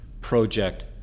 project